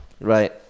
Right